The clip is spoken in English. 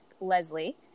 Leslie